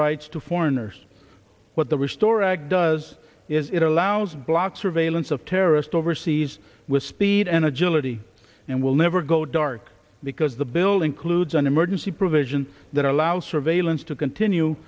rights to foreigners what the restore act does is it allows block surveillance of terrorist overseas with speed and agility and will never go dark because the bill includes an emergency provision that allows surveillance to continue